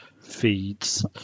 feeds